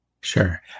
sure